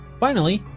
finally,